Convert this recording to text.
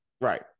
right